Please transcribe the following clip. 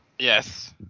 Yes